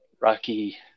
rocky